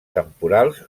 temporals